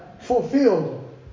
fulfilled